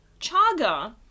chaga